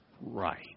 Right